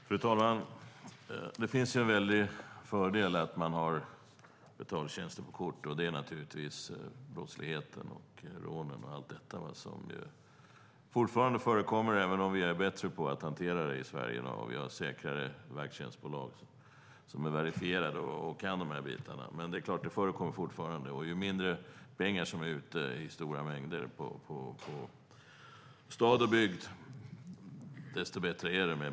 Fru talman! Det finns en stor fördel med betaltjänster med kort eftersom det minskar brottslighet i form av rån och annat. Detta förekommer dock fortfarande, även om vi är bättre på att hantera det i dag. Vi har säkrare vaktbolag som är auktoriserade och kan sådant här. Men ju mindre pengar som är ute på stad och bygd, desto bättre är det.